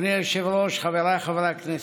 אדוני היושב-ראש, חבריי חברי הכנסת,